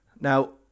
Now